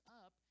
up